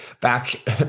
back